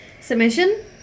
submission